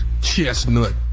Chestnut